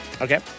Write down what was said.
Okay